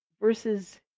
Versus